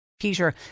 Peter